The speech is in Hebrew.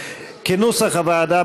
כנוסח הוועדה,